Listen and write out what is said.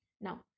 Now